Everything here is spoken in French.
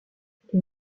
les